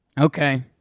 Okay